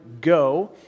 go